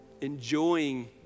enjoying